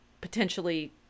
potentially